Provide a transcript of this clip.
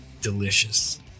Delicious